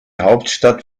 hauptstadt